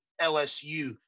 LSU